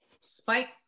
Spike